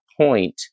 point